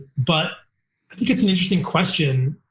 but i think it's an interesting question.